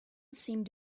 seemed